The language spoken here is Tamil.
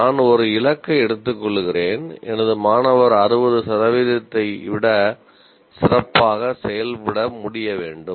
நான் ஒரு இலக்கை எடுத்துக்கொள்கிறேன் எனது மாணவர் 60 சதவீதத்தை விட சிறப்பாக செயல்பட முடிய வேண்டும்